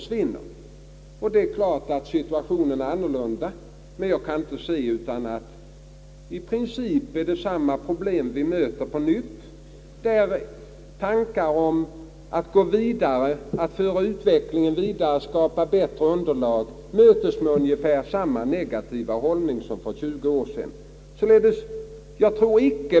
Det är klart att situationen är annorlunda nu, men jag kan inte se annat än att det i princip är samma problem vi möter på nytt. Tanken att gå vidare, att föra utvecklingen vidare för att skapa bättre underlag, mötes med ungefär samma negativa hållning som för 20 år sedan.